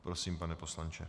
Prosím, pane poslanče.